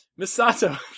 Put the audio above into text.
Misato